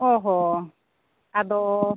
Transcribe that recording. ᱚᱦᱚ ᱟᱫᱚ